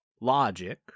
Logic